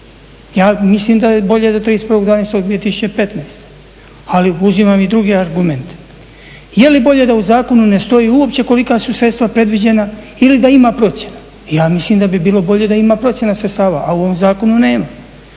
Ja mislim da je bolje do 31.12.2015., ali uzimam i druge argumente. Je li bolje da u zakonu ne stoji uopće kolika su sredstva predviđena ili da ima procjena? Ja mislim da bi bilo bolje da ima procjena sredstava, a u ovom zakonu nema.